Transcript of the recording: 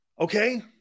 Okay